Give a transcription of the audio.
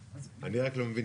אני רק לא מבין,